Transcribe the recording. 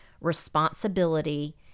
responsibility